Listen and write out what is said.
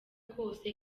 kose